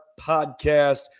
Podcast